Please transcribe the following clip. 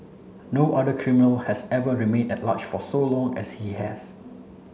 no other criminal has ever remained at large for as long as he has